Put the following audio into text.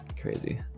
crazy